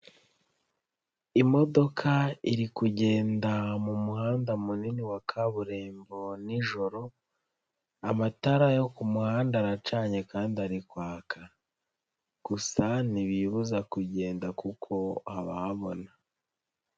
Imodoka iri kugenda mu muhanda munini wa kaburimbo nijoro, amatara yo ku muhanda aracanye kandi ari kwaka, gusa ntibiyibuza kugenda kuko haba habona.